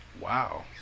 Wow